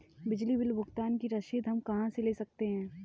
बिजली बिल भुगतान की रसीद हम कहां से ले सकते हैं?